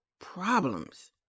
problems